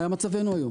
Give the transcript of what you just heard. מה היה מצבנו היום?